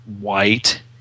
white